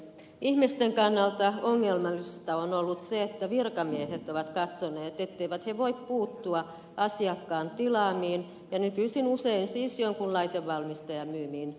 ihmisten kannalta ongelmallista on ollut se että virkamiehet ovat katsoneet etteivät he voi puuttua asiakkaan tilaamiin ja nykyisin usein siis jonkun laitevalmistajan myymiin suunnitelmiin